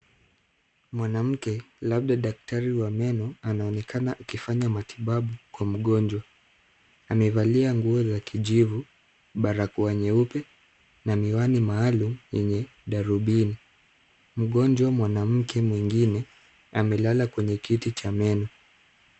Mwanamke, labda daktari wa meno, anaonekana akifanya matibabu kwa mgonjwa. Amevalia nguo za kijivu, barakoa nyeupe na miwani maalum yenye darubini. Mgonjwa mwanamke mwingine amelala kwenye kiti cha meno.